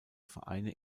vereine